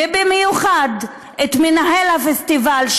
ובמיוחד מנהל הפסטיבל,